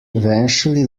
eventually